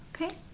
okay